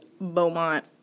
Beaumont